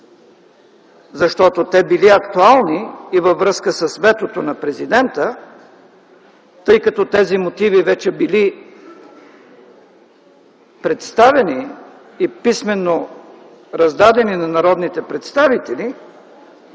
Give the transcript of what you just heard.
защото те били актуални и във връзка с ветото на Президента, тъй като тези мотиви вече били представени и писмено раздадени на народните представители.